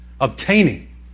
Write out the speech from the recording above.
Obtaining